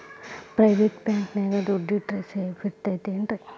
Private bank ನ್ಯಾಗ್ ದುಡ್ಡ ಇಟ್ರ ಸೇಫ್ ಇರ್ತದೇನ್ರಿ?